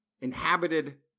inhabited